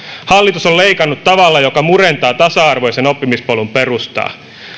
hallitus on leikannut tavalla joka murentaa tasa arvoisen oppimispolun perustaa